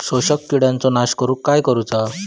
शोषक किडींचो नाश करूक काय करुचा?